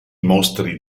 mostri